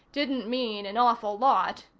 didn't mean an awful lot.